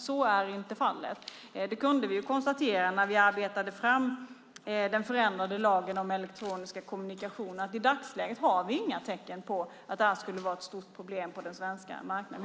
Så är inte fallet; det kunde vi konstatera när vi arbetade fram den förändrade lagen om elektroniska kommunikationer. I dagsläget har vi inga tecken på att detta skulle vara ett stort problem på den svenska marknaden.